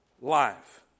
life